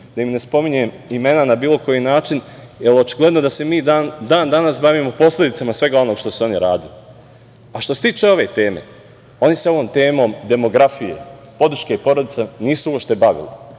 da im ne spominjem imena na bilo koji način, jer očigledno da se mi i dan danas bavimo posledicama svega onoga što su oni radili. Što se tiče ove teme, oni se ovom temom demografije, podrške porodica, nisu uopšte bavili,